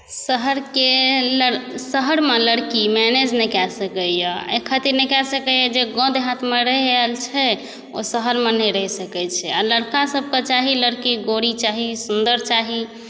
शहरके शहरमे लड़की मैनेज नहि कऽ सकैये एहि खातिर नहि कऽ सकैए जे गाम देहातमे रहि आएल छै ओ शहरमे नहि रहि सकै छै आ लड़का सभकए चाही लड़की गोरी चाही सुन्दर चाही